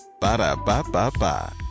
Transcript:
Ba-da-ba-ba-ba